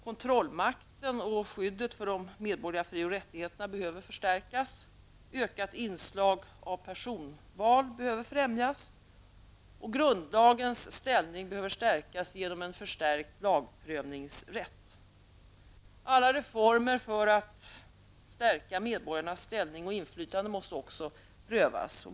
Kontrollmakten och skyddet för de medborgerliga fri och rättigheterna behöver förstärkas, ökat inslag av personval behöver främjas och grundlagens ställning behöver stärkas genom en förstärkt lagprövningsrätt. Alla reformer för att stärka medborgarnas ställning och inflytande måste prövas.